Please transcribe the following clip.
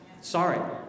sorry